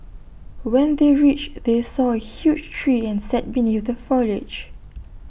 when they reached they saw A huge tree and sat beneath the foliage